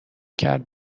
کرد